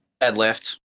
Deadlift